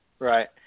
Right